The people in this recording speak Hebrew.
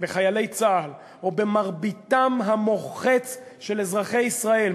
בחיילי צה"ל או במרביתם המוחצת של אזרחי ישראל,